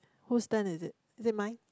who's done it is it is mine